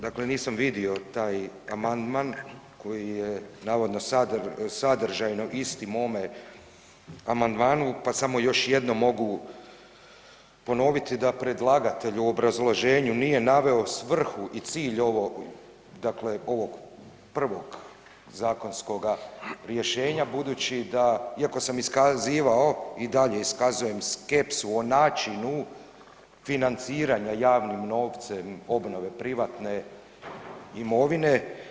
Dakle nisam vidio taj amandman koji je navodno sadržajno isti mome amandmanu, pa samo još jednom mogu ponoviti da predlagatelj u obrazloženju nije naveo svrhu i cilj ovog prvog zakonskoga rješenja, budući da iako sam iskazivao i dalje iskazujem skepsu o načinu financiranja javnim novcem obnove privatne imovine.